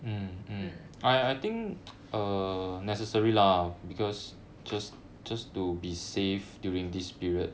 mm